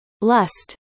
lust